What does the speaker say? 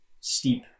steep